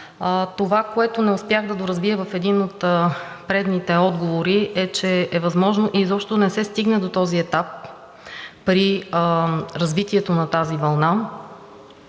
Това, което не успях да доразвия в един от предните отговори, е, че е възможно и въобще да не се стигне до този етап при развитието на тази вълна,